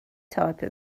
type